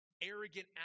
arrogant